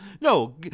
No